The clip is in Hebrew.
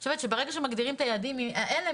אני חושבת שברגע שמגדירים את היעדים האלה,